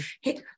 Hey